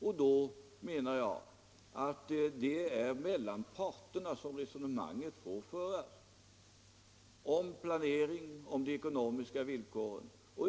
Jag anser då att det är mellan parterna som resonemanget får föras om planeringen och de ekonomiska villkoren.